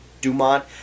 Dumont